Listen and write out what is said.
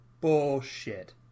bullshit